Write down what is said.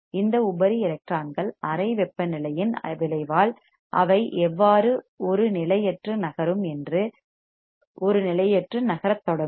இந்த உபரி எலக்ட்ரான்கள் அறை வெப்பநிலையின் விளைவால் அவை எவ்வாறு ஒரு நிலையற்று நகரும் என்று ஒரு நிலையற்று நகரத் தொடங்கும்